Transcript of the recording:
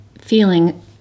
feeling